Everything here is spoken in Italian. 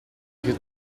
che